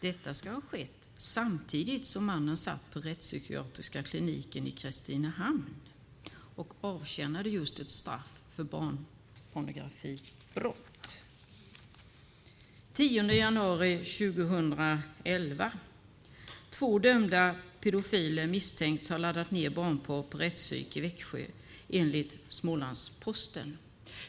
Detta ska ha skett samtidigt som mannen satt på den rättspsykiatriska kliniken i Kristinehamn och avtjänade ett straff för just barnpornografibrott. Den 10 januari 2011: Två dömda pedofiler misstänks ha laddat ned barnporr på rättspsyk i Växjö. Det skriver Smålandsposten.